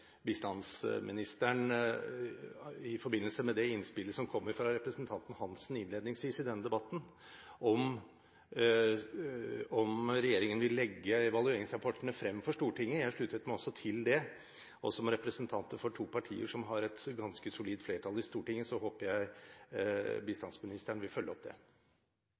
I forbindelse med det innspillet som kom fra representanten Hansen innledningsvis i denne debatten, vil jeg spørre bistandsministeren om regjeringen vil legge evalueringsrapportene frem for Stortinget. Jeg sluttet meg også til det, og som representanter for to partier som har et ganske solid flertall i Stortinget, håper jeg bistandsministeren vil følge opp